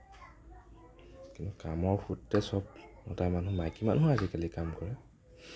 কামৰ সূত্ৰে সব মতা মানুহ মাইকী মানুহেও আজিকালি কাম কৰে